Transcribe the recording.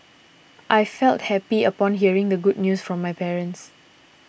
I felt happy upon hearing the good news from my parents